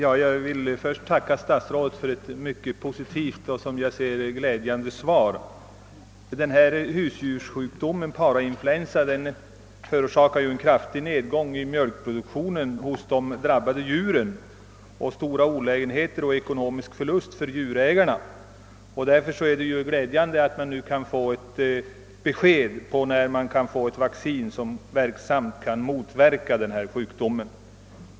Herr talman! Jag ber att få tacka statsrådet för ett positivt svar som gladde mig mycket. Husdjurssjukdomen parainfluensa förorsakar en kraftig nedgång i mjölkproduktionen hos de drabbade djuren och stora olägenheter och ekonomisk förlust för djurägarna. Därför är det glädjande att vi nu kunnat få ett besked om när det kan komma en vaccin som effektivt kan motverka denna sjukdom.